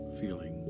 feeling